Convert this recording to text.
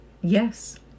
Yes